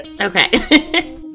Okay